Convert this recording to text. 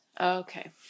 Okay